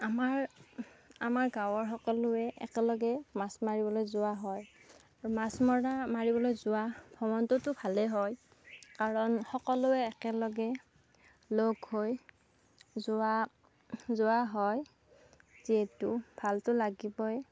আমাৰ আমাৰ গাঁৱৰ সকলোৱে একেলগে মাছ মাৰিবলৈ যোৱা হয় আৰু মাছ মৰা মাৰিবলৈ যোৱা ভ্ৰমণটোতো ভালেই হয় কাৰণ সকলোৱে একেলগে লগ হৈ যোৱা যোৱা হয় যিহেতো ভালতো লাগিবই